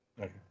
Okay